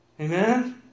Amen